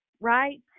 right